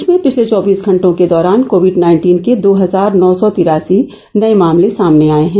प्रदेश में पिछले चौबीस घंटों के दौरान कोविड नाइन्टीन के दो हजार नौ सौ तिरासी नए मामले सामने आए हैं